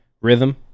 rhythm